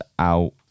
out